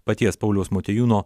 paties pauliaus motiejūno